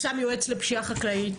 הוא שם יועץ לפשיעה חקלאית,